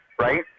right